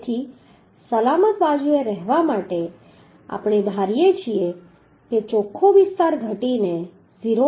તેથી સલામત બાજુએ રહેવા માટે આપણે ધારીએ છીએ કે ચોખ્ખો વિસ્તાર ઘટીને 0